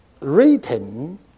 written